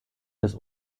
des